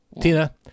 Tina